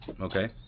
Okay